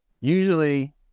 Usually